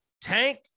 Tank